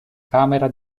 camera